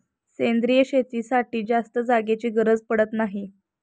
सेंद्रिय शेतीसाठी जास्त जागेची गरज पडत नाही